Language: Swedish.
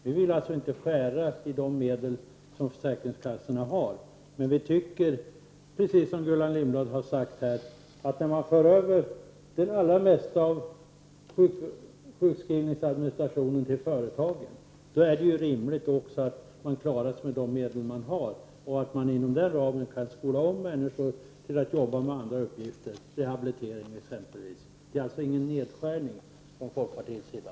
Vi vill alltså inte skära i de medel som försäkringskassorna har, men vi tycker, precis som Gullan Lindblad har sagt, att när man för över det allra mesta av sjukskrivningsadministrationen till företagen, är det också rimligt att försäkringskassorna klarar sig med de medel de har och inom den ramen kan skola om människor för att jobba med andra uppgifter, rehabilitering exempelvis. Det är alltså ingen nedskärning från folkpartiets sida.